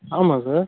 ஆமாம் சார்